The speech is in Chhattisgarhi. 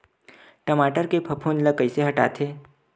टमाटर के फफूंद ल कइसे हटाथे?